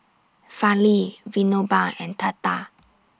Fali Vinoba and Tata